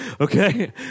Okay